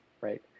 right